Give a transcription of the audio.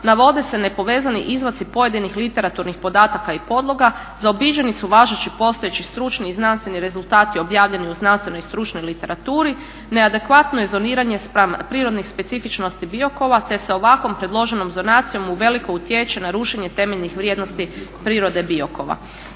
navode se nepovezani izvadci pojedinih literaturnih podataka i podloga, zaobiđeni su važeći postojeći stručni i znanstveni rezultati objavljeni u znanstvenoj i stručnoj literaturi, neadekvatno rezoniranje spram prirodnih specifičnosti Biokova te se ovakvom predloženom zonacijom uveliko utječe na rušenje temeljnih vrijednosti prirode Biokova.